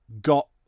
got